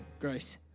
Grace